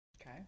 Okay